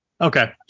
okay